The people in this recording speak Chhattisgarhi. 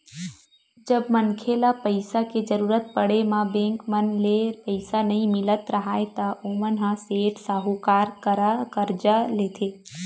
जब मनखे ल पइसा के जरुरत पड़े म बेंक मन ले पइसा नइ मिलत राहय ता ओमन ह सेठ, साहूकार करा करजा लेथे